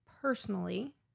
personally